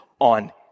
on